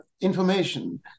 information